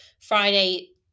Friday